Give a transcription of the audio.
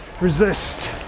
resist